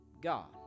God